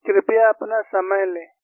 कृपया अपना समय लें एक साफ स्केच बनाएं